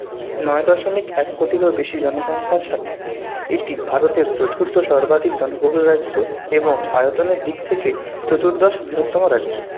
নয় দশমিক এক কোটিরও বেশি জনসংখ্যার সাথে এটি ভারতের চতুর্থ সর্বাধিক জনবহুল রাজ্য এবং আয়তনের দিক থেকে চতুর্দশ বৃহত্তম রাজ্য